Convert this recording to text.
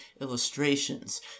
illustrations